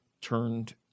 turned